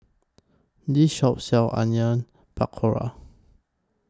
This Shop sells Onion Pakora